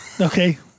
Okay